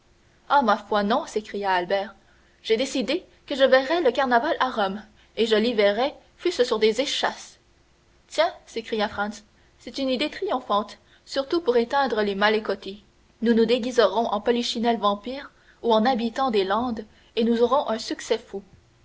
ah ma foi non s'écria albert j'ai décidé que je verrais le carnaval à rome et je l'y verrai fût-ce sur des échasses tiens s'écria franz c'est une idée triomphante surtout pour éteindre les moccoletti nous nous déguiserons en polichinelles vampires ou en habitants des landes et nous aurons un succès fou